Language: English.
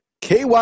KY